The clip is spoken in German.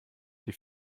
die